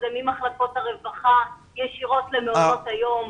זה ממחלקות הרווחה ישירות למעונות היום,